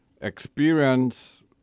Experience